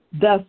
thus